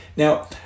Now